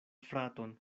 fraton